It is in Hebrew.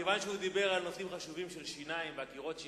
מכיוון שהוא דיבר על נושאים חשובים של שיניים ושל עקירות שיניים,